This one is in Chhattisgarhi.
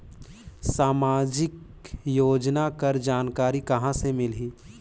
समाजिक योजना कर जानकारी कहाँ से मिलही?